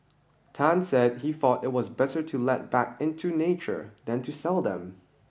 Tan said he thought it was better to let back into nature than to sell them